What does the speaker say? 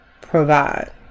provide